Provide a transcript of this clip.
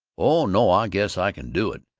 oh, no, i guess i can do it.